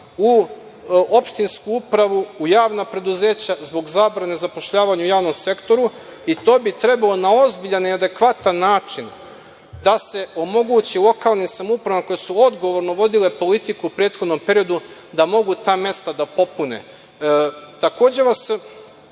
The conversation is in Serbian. u opštinsku upravu, u javna preduzeća zbog zabrane zapošljavanja u javnom sektoru i to bi trebalo na ozbiljan i adekvatan način da se omogući lokalnim samoupravama, koje su odgovorno vodile politiku u prethodnom periodu, da mogu ta mesta da popune. Takođe